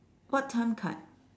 what time card